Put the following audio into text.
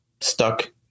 stuck